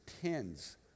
tens